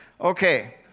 Okay